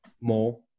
more